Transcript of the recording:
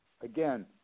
Again